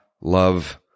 love